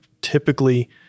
typically